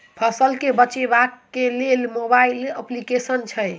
फसल केँ बेचबाक केँ लेल केँ मोबाइल अप्लिकेशन छैय?